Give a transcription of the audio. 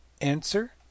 Answer